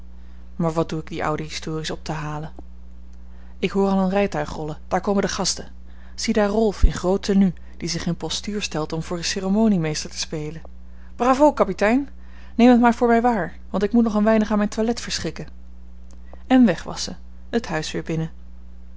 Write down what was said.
maar wat doe ik die oude histories op te halen ik hoor al een rijtuig rollen daar komen de gasten ziedaar rolf in groot tenue die zich in postuur stelt om voor ceremoniemeester te spelen bravo kapitein neem het maar voor mij waar want ik moet nog een weinig aan mijn toilet verschikken en weg was zij het huis weer binnen